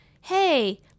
Hey